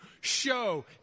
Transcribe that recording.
show